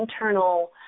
internal